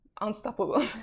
unstoppable